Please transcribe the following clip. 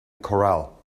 corral